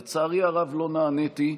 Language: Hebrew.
לצערי הרב, לא נעניתי.